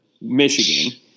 michigan